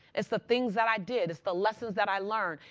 it's the things that i did. it's the lessons that i learned.